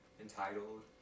entitled